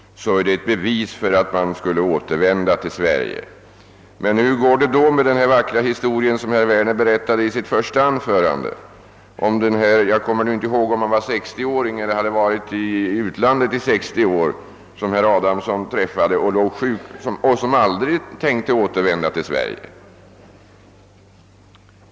Herr talman! Herr Werner sade i sitt senaste anförande att bevarar man sitt svenska medborgarskap är det ett bevis för att man skall återvända till Sverige. Hur går det då med den vackra historia, som herr Werner berättade i sitt första anförande, om en man — jag kommer inte ihåg om han var 60 år gammal eller om han hade varit i utlandet i 60 år — som låg sjuk och som aldrig tänkte återvända till Sverige?